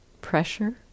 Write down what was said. pressure